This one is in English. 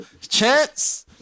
Chance